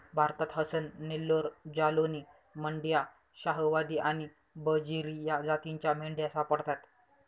भारतात हसन, नेल्लोर, जालौनी, मंड्या, शाहवादी आणि बजीरी या जातींच्या मेंढ्या सापडतात